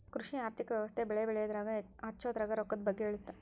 ಕೃಷಿ ಆರ್ಥಿಕ ವ್ಯವಸ್ತೆ ಬೆಳೆ ಬೆಳೆಯದ್ರಾಗ ಹಚ್ಛೊದ್ರಾಗ ರೊಕ್ಕದ್ ಬಗ್ಗೆ ಹೇಳುತ್ತ